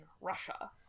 Russia